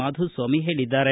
ಮಾಧುಸ್ವಾಮಿ ಹೇಳಿದ್ದಾರೆ